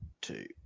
Two